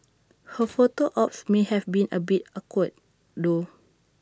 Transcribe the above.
her photo ops may have been A bit awkward though